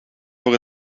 voor